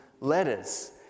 letters